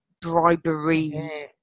bribery